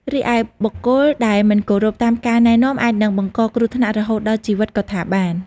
រីឯ បុគ្គលដែលមិនគោរពតាមការណែនាំ អាចនឹងបង្កគ្រោះថ្នាក់រហូតដល់ជីវិតក៏ថាបាន។